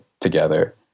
together